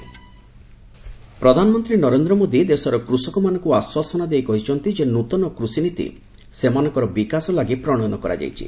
PM farmers ପ୍ରଧାନମନ୍ତ୍ରୀ ନରେନ୍ଦ୍ର ମୋଦୀ ଦେଶର କୃଷକମାନଙ୍କୁ ଆଶ୍ୱାସନା ଦେଇ କହିଛନ୍ତି ନୂଆ କୃଷିନୀତି ସେମାନଙ୍କର ବିକାଶ ଲାଗି ପ୍ରଣୟନ କରାଯାଇଛି